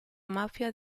mafia